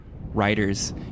writers